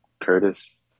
Curtis